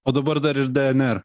o dabar dar ir dnr